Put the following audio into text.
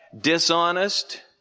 dishonest